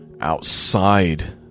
outside